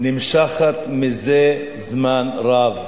נמשכת זה זמן רב.